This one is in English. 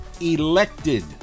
elected